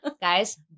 guys